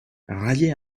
raillait